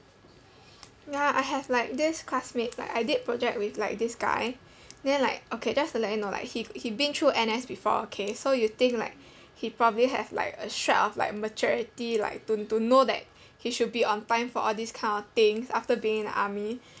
ya I have like this classmate like I did project with like this guy then like okay just to let you know like he he been through N_S before okay so you think like he probably have like a shred of like maturity like to to know that he should be on time for all these kind of things after being in the army